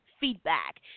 feedback